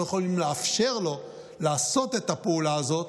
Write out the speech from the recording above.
יכולים לאפשר לו לעשות את הפעולה הזאת.